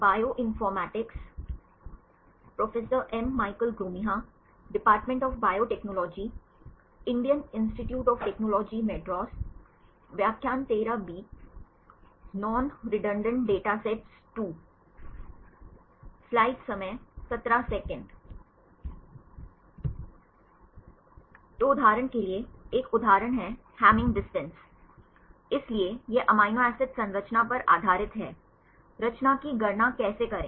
तो उदाहरण के लिए एक उदाहरण है हैमिंग दूरी इसलिए यह अमीनो एसिड संरचना पर आधारित है रचना की गणना कैसे करें